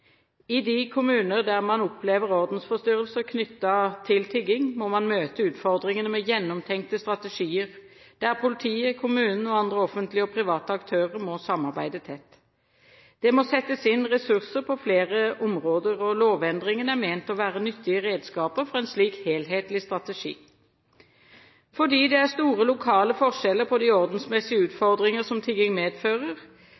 I de kommuner der man opplever ordensforstyrrelse knyttet til tigging, må man møte utfordringene med gjennomtenkte strategier, der politiet, kommunene og andre offentlige og private aktører må samarbeide tett. Det må settes inn ressurser på flere områder, og lovendringene er ment å være nyttige redskaper for en slik helhetlig strategi. Fordi det er store lokale forskjeller på de ordensmessige